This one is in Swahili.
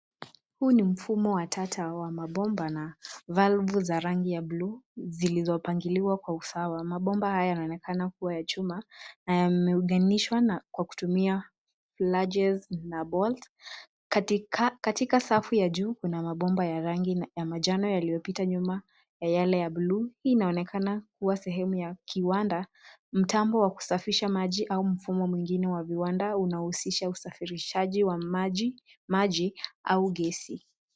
Huu ni mfumo wa tata wa mabomba na valvu za rangi ya bluu, zilizopangiliwa kwa usawa. Mabomba haya yanaonekana kuwa ya chuma na yameunganishwa kwa kutumia flanges na bolt . Katika safu ya juu kuna mabomba ya rangi ya manjano, yaliyopita nyuma ya yale ya bluu. Hii inaonekana kuwa sehemu ya kiwanda, mtambo wa kusafisha maji au mfumo mwingine wa viwanda, unaohusisha usafirishaji wa maji au gesi.